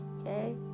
Okay